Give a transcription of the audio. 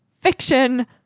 fiction